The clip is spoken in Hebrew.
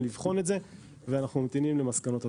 לבחון את זה ואנחנו ממתינים למסקנות הוועדה.